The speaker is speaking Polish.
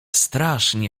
strasznie